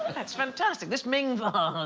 that's fantastic this means aha